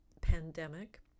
pandemic